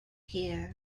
here